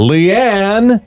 Leanne